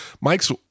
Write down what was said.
Mike's